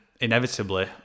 inevitably